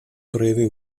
breve